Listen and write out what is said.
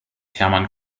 hermann